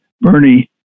Bernie